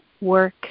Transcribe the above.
work